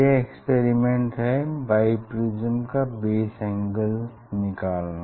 यह एक्सपेरिमेंट है बाइप्रिज्म का बेस एंगल निकालना